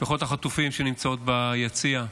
משפחות החטופים שנמצאות ביציע,